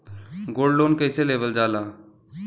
Gold loan कईसे लेवल जा ला?